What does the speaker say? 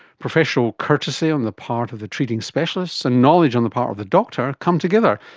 professional courtesy on the part of the treating specialists and knowledge on the part of the doctor come together,